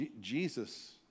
Jesus